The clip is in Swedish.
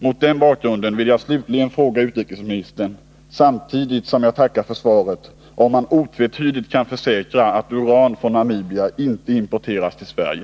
Mot den bakgrunden vill jag fråga utrikesministern, samtidigt som jag tackar att hindra import att hindra import från Namibia för svaret, om han otvetydigt kan försäkra att uran från Namibia inte importeras till Sverige.